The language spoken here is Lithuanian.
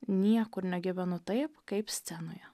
niekur negyvenu taip kaip scenoje